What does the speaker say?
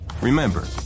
Remember